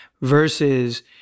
versus